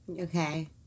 Okay